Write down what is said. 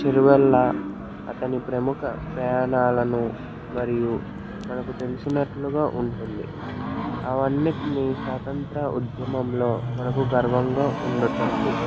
చెరువెళ్ల అతని ప్రముఖ ప్రయాణాలను మరియు మనకు తెలిసినట్లుగా ఉంటుంది అవన్నీటిని స్వతంత్ర ఉద్యమంలో మనకు గర్వంగా ఉండటుంది